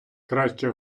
краще